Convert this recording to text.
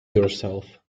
yourself